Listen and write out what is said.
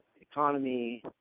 economy